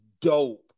dope